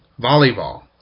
volleyball